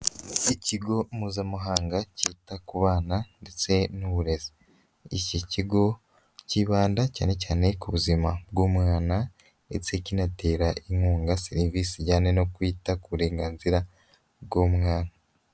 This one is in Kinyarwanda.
Ikigo mpuzamahanga cyita ku bana ndetse n'uburezi, iki kigo kibanda cyane cyane ku buzima bw'umwana ndetse kinatera inkunga serivisi ijyana no kwita ku burenganzira bw'umwana.